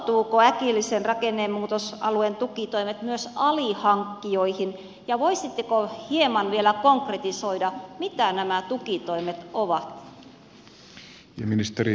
ulottuvatko äkillisen rakennemuutosalueen tukitoimet myös alihankkijoihin ja voisitteko hieman vielä konkretisoida mitä nämä tukitoimet ovat